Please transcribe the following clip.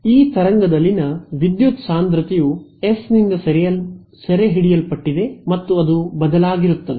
ಈ ತರಂಗದಲ್ಲಿನ ವಿದ್ಯುತ್ ಸಾಂದ್ರತೆಯು ಎಸ್ನಿಂದ ಸೆರೆಹಿಡಿಯಲ್ಪಟ್ಟಿದೆ ಮತ್ತು ಅದು ಬದಲಾಗಿರುತ್ತದೆ